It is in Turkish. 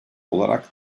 olarak